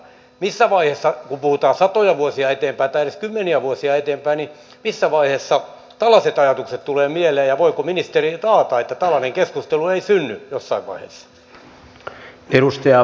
missä vaiheessa kun puhutaan ajasta satoja vuosia eteenpäin tai edes kymmeniä vuosia eteenpäin tällaiset ajatukset tulevat mieleen ja voiko ministeri taata että tällainen keskustelu ei synny jossain vaiheessa